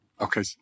Okay